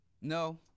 no